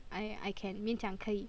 I I can 勉强可以